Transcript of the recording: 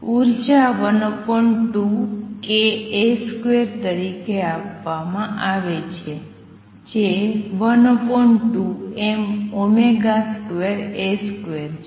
ઉર્જા 12kA2 તરીકે આપવામાં આવે છે જે 12m2A2 છે